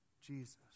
Jesus